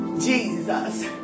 Jesus